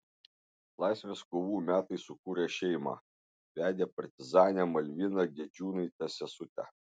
laisvės kovų metais sukūrė šeimą vedė partizanę malviną gedžiūnaitę sesutę